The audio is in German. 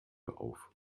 auf